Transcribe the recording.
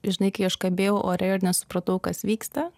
žinai kai aš kabėjau ore ir nesupratau kas vyksta